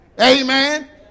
Amen